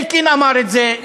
אלקין אמר את זה,